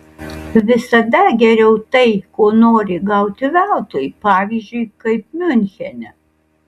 visada geriau tai ko nori gauti veltui pavyzdžiui kaip miunchene